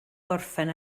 gorffen